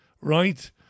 right